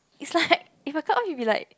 is like if I cut off it'll be like